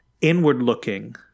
inward-looking